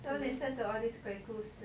don't listen to all this 鬼故事 lah